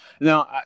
now